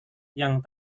yang